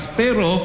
pero